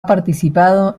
participado